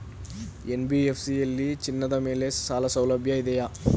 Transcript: NBFC ಯಲ್ಲಿ ಚಿನ್ನದ ಮೇಲೆ ಸಾಲಸೌಲಭ್ಯ ಇದೆಯಾ?